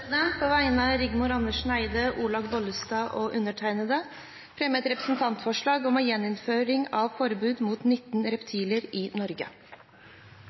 representantforslag. På vegne av Rigmor Andersen Eide, Olaug V. Bollestad og undertegnede fremmer jeg et representantforslag om gjeninnføring av forbudet mot 19 reptilarter i Norge.